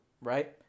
right